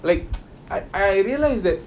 like I I realise that